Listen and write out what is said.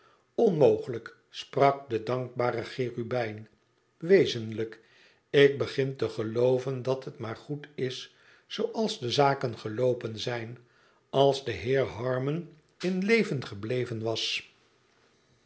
onmogelijk sprak de dankbare cherubijn wezenlijk ik begin te gelooven dat het maar goed is zooals de zaken geloopen zijn als de heer john harmon in leven gebleven was